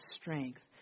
strength